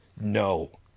no